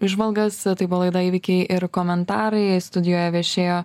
įžvalgas tai buvo laida įvykiai ir komentarai studijoje viešėjo